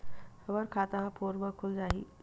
हमर खाता ह फोन मा खुल जाही?